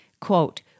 Quote